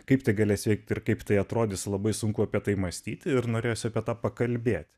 kaip tai galės veikti ir kaip tai atrodys labai sunku apie tai mąstyti ir norėjosi apie tai pakalbėti